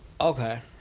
Okay